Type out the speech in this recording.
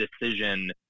decision